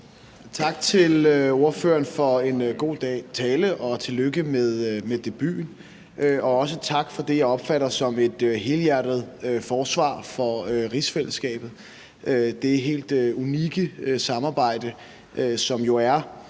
Tak til ordføreren for en god tale, og tillykke med debuten. Også tak for det, jeg opfatter som et helhjertet forsvar for rigsfællesskabet, det helt unikke samarbejde, som jo er